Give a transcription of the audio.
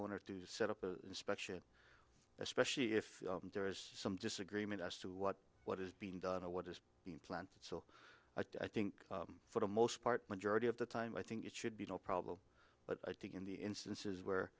owner to set up the inspection especially if there is some disagreement as to what what is being done and what is being planned so i think for the most part majority of the time i think it should be no problem but i think in the instances where